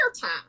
time